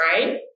Right